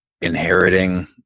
inheriting